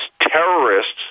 terrorists